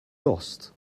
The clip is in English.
lost